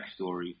backstory